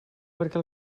perquè